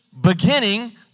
beginning